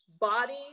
body